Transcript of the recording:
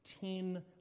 ten